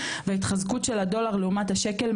וההתחזקות של הדולר לעומת השקל,